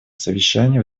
совещаний